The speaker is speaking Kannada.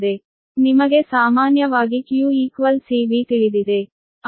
ನಿಮಗೆ ಸಾಮಾನ್ಯವಾಗಿ q C V ತಿಳಿದಿದೆ